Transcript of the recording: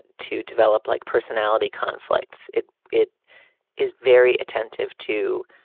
to develop like personality conflicts. it it is very attentive to